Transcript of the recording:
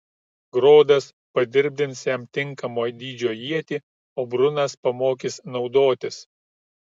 grodas padirbins jam tinkamo dydžio ietį o brunas pamokys naudotis